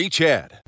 Chad